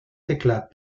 teclat